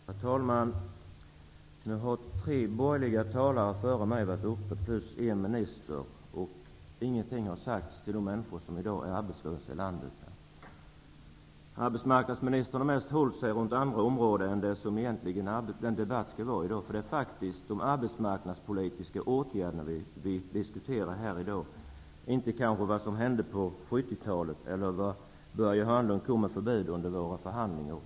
Herr talman! Nu har tre borgerliga talare före mig varit uppe i talarstolen plus en minister, men ingenting har sagts till de människor som i dag är arbetslösa i landet. Arbetsmarknadsministern har mest uppehållit sig runt andra områden än det debatten i dag egentligen skulle handla om. Det är faktiskt de arbetsmarknadspolitiska åtgärderna vi skall diskutera här i dag -- inte vad som hände på 1970-talet, eller vad Börje Hörnlund kom med för bud under våra förhandlingar.